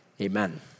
amen